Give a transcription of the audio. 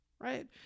right